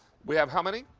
we have how many?